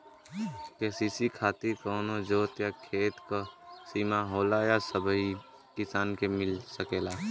KCC खातिर का कवनो जोत या खेत क सिमा होला या सबही किसान के मिल सकेला?